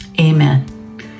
Amen